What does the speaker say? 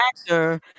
actor